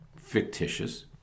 fictitious